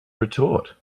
retort